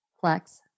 Flex